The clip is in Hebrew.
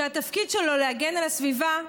שהתפקיד שלו להגן על הסביבה,